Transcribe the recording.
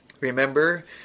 Remember